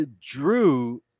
Drew